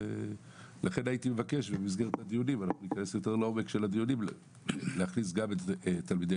לכן אני מבקש להכניס גם את תלמידי